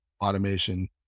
automation